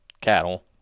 cattle